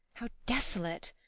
how desolate!